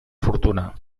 fortuna